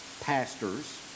pastors